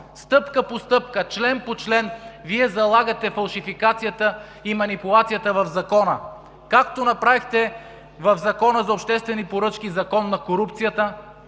стъпка по стъпка, член по член Вие залагате фалшификацията и манипулацията в Закона, както направихте в Закона за обществените поръчки Закон за корупцията,